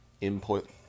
input